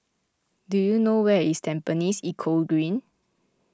do you know where is Tampines Eco Green